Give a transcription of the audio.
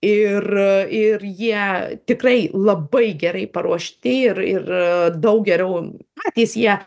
ir ir jie tikrai labai gerai paruošti ir ir daug geriau patys jie